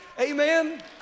amen